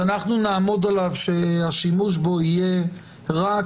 שאנחנו נעמוד עליו שהשימוש בו יהיה רק